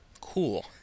cool